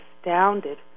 astounded